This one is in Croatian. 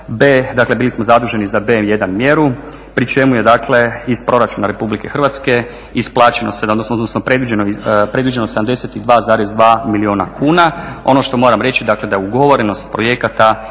Dakle, bili smo zaduženi za B1 mjeru pri čemu je dakle iz proračuna Republike Hrvatske isplaćeno, odnosno predviđeno 72, 2 milijuna kuna. Ono što moram reći, dakle da ugovorenost projekata